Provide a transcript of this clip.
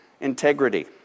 integrity